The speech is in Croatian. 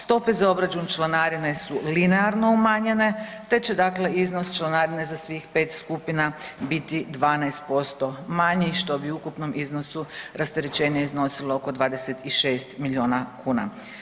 Stope za obračun članarine su linearno umanjenje te će iznos članarine za svih pet skupina biti 12% manji što bi u ukupnom iznosu rasterećenje iznosilo oko 26 milijuna kuna.